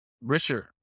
Richard